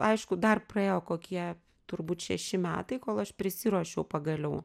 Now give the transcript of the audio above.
aišku dar praėjo kokie turbūt šeši metai kol aš prisiruošiau pagaliau